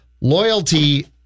loyalty